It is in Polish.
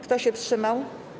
Kto się wstrzymał.